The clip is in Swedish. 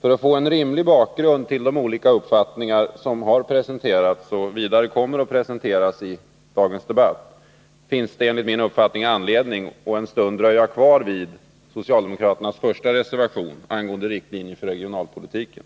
För att få en rimlig bakgrund till de olika uppfattningar som har presenterats och vidare kommer att presenteras i dagens debatt finns det enligt min uppfattning anledning att en stund dröja kvar vid socialdemokraternas första reservation angående riktlinjer för regionalpolitiken.